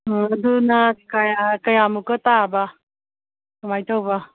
ꯑꯣ ꯑꯗꯨꯅ ꯀꯌꯥ ꯀꯌꯥꯃꯨꯛꯀ ꯇꯥꯕ ꯀꯃꯥꯏ ꯇꯧꯕ